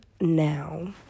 now